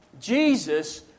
Jesus